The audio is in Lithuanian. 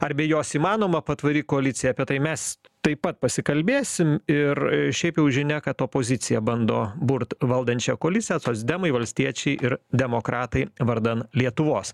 ar be jos įmanoma patvari koalicija apie tai mes taip pat pasikalbėsim ir šiaip jau žinia kad opozicija bando burt valdančiąją koaliciją socdemai valstiečiai ir demokratai vardan lietuvos